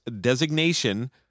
designation